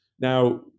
Now